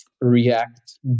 React